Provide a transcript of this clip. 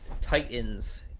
titans